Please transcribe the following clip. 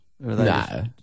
No